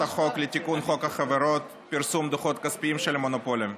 החוק לתיקון חוק החברות (פרסום דוחות כספיים של מונופולים).